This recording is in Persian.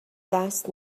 دست